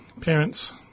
parents